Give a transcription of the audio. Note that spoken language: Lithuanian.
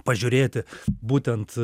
pažiūrėti būtent